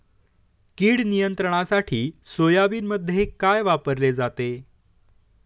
कीड नियंत्रणासाठी सोयाबीनमध्ये काय वापरले जाते?